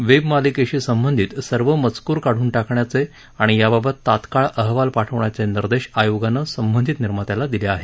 वेबमालिकेशी संबंधित सर्व मजकूर काढून टाकण्याचे आणि याबाबत तात्काळ अहवाल पाठवण्याचे निर्देश आयोगांन संबंधित निर्मात्यांना दिले आहे